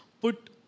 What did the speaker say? put